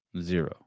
Zero